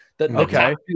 Okay